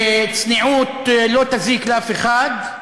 וצניעות לא תזיק לאף אחד.